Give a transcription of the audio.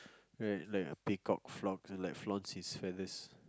right like a peacock flaunts and like flaunts his feathers